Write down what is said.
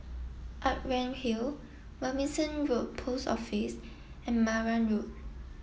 Outram Hill Robinson Road Post Office and Marang Road